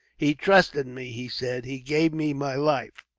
he trusted me, he said. he gave me my life.